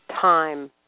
time